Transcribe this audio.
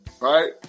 Right